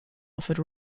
offered